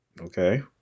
okay